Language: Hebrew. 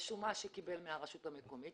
בשומה שהוא קיבל מהרשות המקומית,